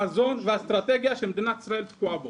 חזון ואסטרטגיה שמדינת ישראל תקועה בהם.